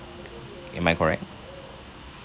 am I correct